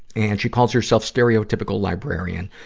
and she calls herself stereotypical librarian.